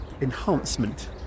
enhancement